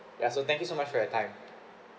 ya so thank you so much for your time